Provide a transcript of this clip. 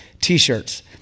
T-shirts